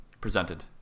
presented